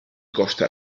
costa